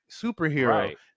superhero